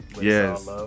yes